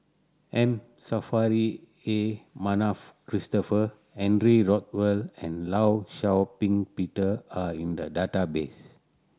M Saffri A Manaf Christopher Henry Rothwell and Law Shau Ping Peter are in the database